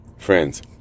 Friends